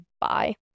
bye